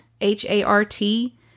H-A-R-T